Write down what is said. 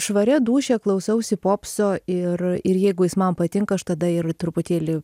švaria dūšia klausausi popso ir ir jeigu jis man patinka aš tada ir truputėlį